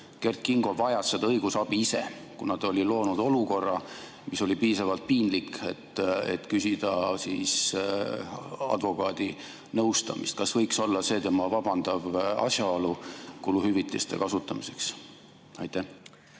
Kert Kingo vajas seda õigusabi ise, kuna ta oli loonud olukorra, mis oli piisavalt piinlik, et küsida advokaadilt nõustamist. Kas see võiks olla tema vabandav asjaolu kuluhüvitiste kasutamiseks? Aitäh!